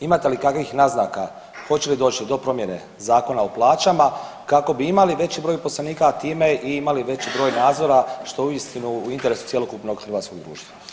Imate li kakvih naznaka hoće li doći do promjene zakona o plaćama kako bi imali veći broj uposlenika, a time i imali veći broj nadzora, što je uistinu u interesu cjelokupnog hrvatskog društva.